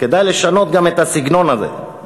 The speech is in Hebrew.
כדאי לשנות גם את הסגנון הזה,